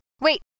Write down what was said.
wait